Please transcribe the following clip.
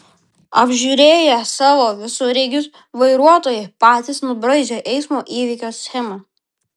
apžiūrėję savo visureigius vairuotojai patys nubraižė eismo įvykio schemą